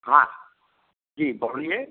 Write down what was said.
हाँ जी बोलिए